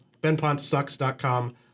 benpontsucks.com